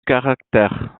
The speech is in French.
caractère